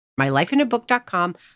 mylifeinabook.com